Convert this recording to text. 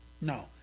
No